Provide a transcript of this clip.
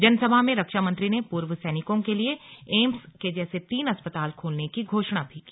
जनसभा में रक्षा मंत्री ने पूर्व सैनिकों के लिए के लिए एम्स के जैसे तीन अस्पताल खोलने की घोषणा भी की